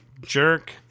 jerk